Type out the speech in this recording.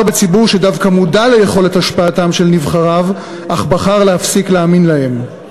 בציבור שדווקא מודע ליכולת השפעתם של נבחריו אך בחר להפסיק להאמין להם.